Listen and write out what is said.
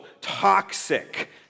toxic